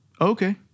Okay